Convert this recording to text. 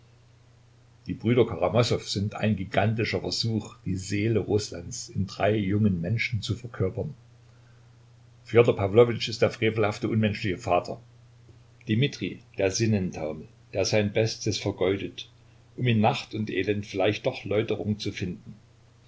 die brüder karamasow sind ein gigantischer versuch die seele rußlands in drei jungen menschen zu verkörpern fedor pawlowitsch ist der frevelhafte unmenschliche vater dimitri der sinnentaumel der sein bestes vergeudet um in nacht und elend vielleicht doch läuterung zu finden